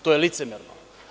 To je licemerno.